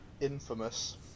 Infamous